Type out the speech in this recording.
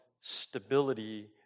stability